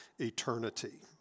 eternity